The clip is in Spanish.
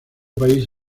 país